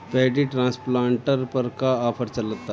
Paddy transplanter पर का offer चलता?